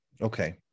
Okay